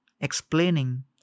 explaining